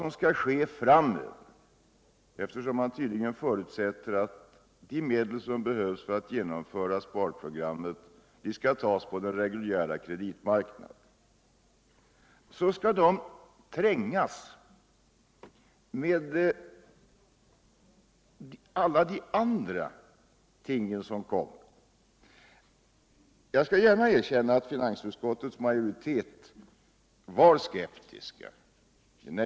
Man förutsätter tydligen att de medel som behövs för att genom föra sparprogrammet skall tas på den reguljära kreditmarknaden, men då kommer det här att trängas med allting annat. Jag skall gärna erkänna att finansutskottets majoritet var skeptisk.